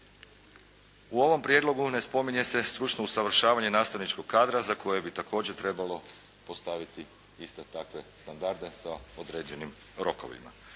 U ovom prijedlogu ne spominje se stručno usavršavanje nastavničkog kadra za kojeg bi također trebalo postaviti isto takve standarde sa određenim rokovima.